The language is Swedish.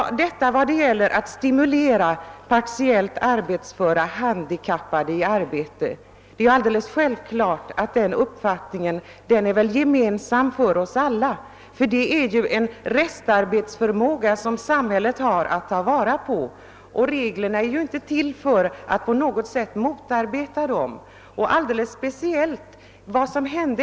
Det gäller att stimulera de partiellt arbetsföra och handikappade till arbete. Alldeles självklart är väl den uppfattningen gemensam för oss alla, ty det är fråga om en restarbetsförmåga, som samhället bör ta vara på. Reglerna är inte till för att på något sätt motarbeta de partiellt arbetsföra.